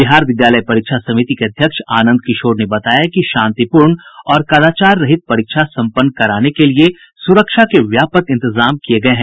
बिहार विद्यालय परीक्षा समिति के अध्यक्ष आनंद किशोर ने बताया कि शांतिपूर्ण और कदाचार रहित परीक्षा सम्पन्न कराने के लिए सुरक्षा के व्यापक इंतजाम किये गये हैं